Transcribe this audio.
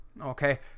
okay